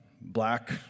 black